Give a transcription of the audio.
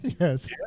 Yes